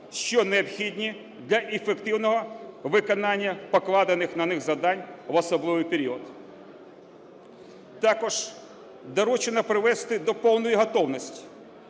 що необхідні для ефективного виконання покладених на них завдань в особливий період. Також доручено привести до повної готовності